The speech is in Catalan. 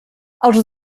els